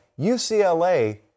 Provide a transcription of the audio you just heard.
UCLA